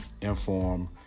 inform